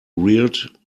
reared